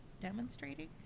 demonstrating